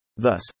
Thus